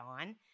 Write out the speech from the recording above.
on